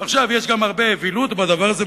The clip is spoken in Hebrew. ועכשיו יש גם הרבה אווילות בדבר הזה,